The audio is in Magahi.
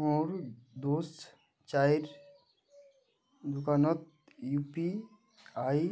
मोर दोस्त चाइर दुकानोत यू.पी.आई